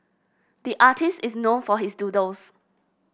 the artist is known for his doodles